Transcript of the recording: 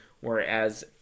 whereas